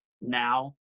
now